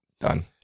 done